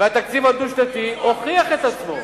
והתקציב הדו-שנתי הוכיח את עצמו.